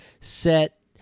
set